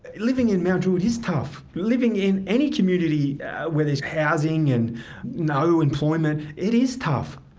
living in mount druitt is tough. living in any community where there's housing and no employment, it is tough.